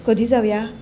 कधी जाऊया